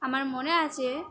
আমার মনে আছে